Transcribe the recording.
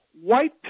white